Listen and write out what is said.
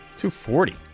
240